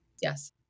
Yes